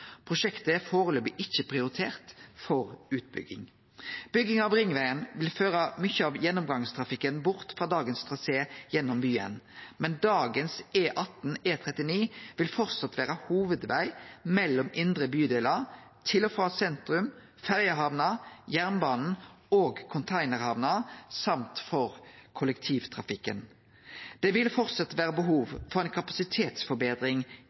Prosjektet er førebels ikkje prioritert for utbygging. Bygging av ringvegen vil føre mykje av gjennomgangstrafikken bort frå dagens trasé gjennom byen. Men E18/E39, slik det er i dag, vil framleis vere hovudveg mellom indre bydelar, til og frå sentrum, ferjehamner, jernbanen og containerhamna og for kollektivtrafikken. Det vil framleis vere behov for ei kapasitetsforbetring